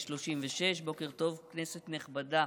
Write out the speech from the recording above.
05:36, בוקר טוב, כנסת נכבדה.